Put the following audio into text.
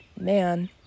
man